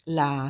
la